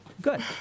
Good